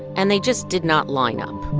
and they just did not line up